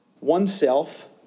oneself